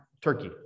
Turkey